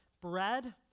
bread